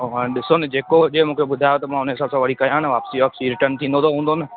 हाणे ॾिसो न जेको हुजे त मूंखे ॿुधायो त मां उन हिसाब सां वरी कयां न वापसी वापसी रिटर्न थींदो त हूंदो न